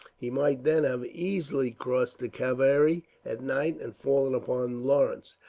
he might, then, have easily crossed the kavari at night and fallen upon lawrence,